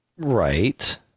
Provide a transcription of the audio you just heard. Right